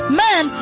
man